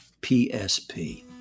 PSP